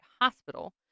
Hospital